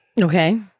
Okay